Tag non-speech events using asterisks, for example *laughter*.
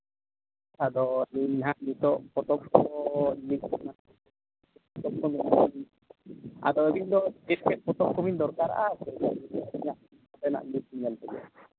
ᱟᱫᱚ ᱤᱧ ᱱᱟᱜ ᱱᱤᱛᱳᱜ ᱯᱚᱛᱚᱵ ᱠᱚ *unintelligible* ᱟᱫᱚ ᱟᱹᱵᱤᱱ ᱫᱚ ᱪᱮᱫ ᱪᱮᱫ ᱯᱚᱛᱚᱵ ᱠᱚᱵᱤᱱ ᱫᱚᱨᱠᱟᱨᱚᱜᱼᱟ ᱟᱹᱜᱩᱣᱟᱵᱮᱱᱟᱞᱤᱧ ᱟᱵᱮᱱᱟᱜ ᱞᱤᱥᱴ ᱧᱮᱞ ᱛᱮᱜᱮ